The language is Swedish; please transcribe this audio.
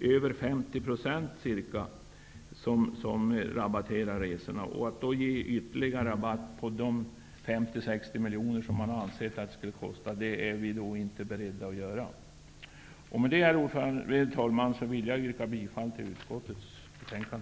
ca 50 %, vilket rabatterar resorna. Att då ge ytterligare rabatt på de 50--60 miljoner som man har ansett att det skulle kosta är vi inte beredda att göra. Herr talman! Med det anförda yrkar jag bifall till utskottets hemställan.